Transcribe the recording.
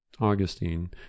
Augustine